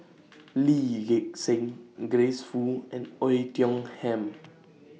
Lee Gek Seng Grace Fu and Oei Tiong Ham